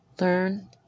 learn